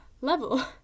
level